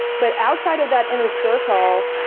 but outside of that inner circle,